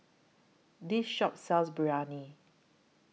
This Shop sells Biryani